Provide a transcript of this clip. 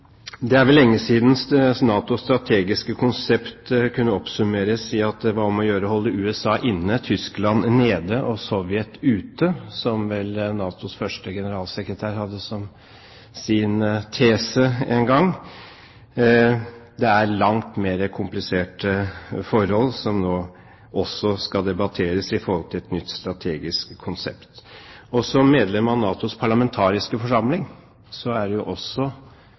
Det er lenge siden NATOs strategiske konsept kunne oppsummeres med at det var om å gjøre å holde USA inne, Tyskland nede og Sovjet ute, som vel NATOs første generalsekretær hadde som sin tese en gang. Det er langt mer kompliserte forhold som skal debatteres i forhold til et nytt strategisk konsept, og som medlem av NATOs parlamentariske forsamling er det også